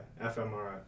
fMRI